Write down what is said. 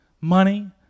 money